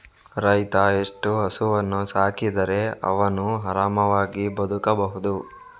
ರೈತ ಎಷ್ಟು ಹಸುವನ್ನು ಸಾಕಿದರೆ ಅವನು ಆರಾಮವಾಗಿ ಬದುಕಬಹುದು?